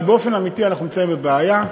אבל באופן אמיתי, אנחנו נמצאים בבעיה,